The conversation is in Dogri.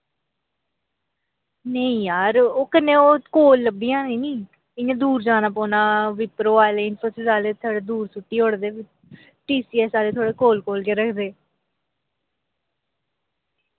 नेईं यार ओह् कन्नै ओह् कोल लब्भी जानी नी इ'य्यां दूर जाना पौना विप्रो आह्लें इंफोसिस आह्ले साढ़े दूर सुट्टी ओड़दे टीसीएस आह्ले थोह्ड़े कोल कोल गै रखदे